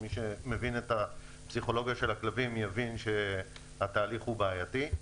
מי שמבין את הפסיכולוגיה של הכלבים יבין שהתהליך הוא בעייתי.